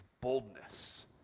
boldness